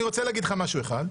אני רוצה להגיד לך משהו אחד,